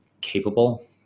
capable